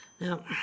Now